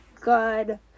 good